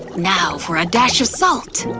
now for a dash of salt,